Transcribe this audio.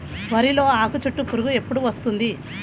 వరిలో ఆకుచుట్టు పురుగు ఎప్పుడు వస్తుంది?